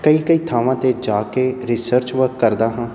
ਕਈ ਕਈ ਥਾਵਾਂ 'ਤੇ ਜਾ ਕੇ ਰਿਸਰਚ ਵਰਕ ਕਰਦਾ ਹਾਂ